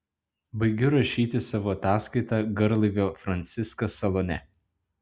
baigiu rašyti savo ataskaitą garlaivio franciskas salone